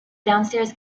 downstairs